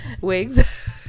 wigs